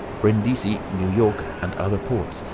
brindisi, new york, and other ports,